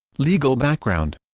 legal background